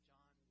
John